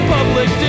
Public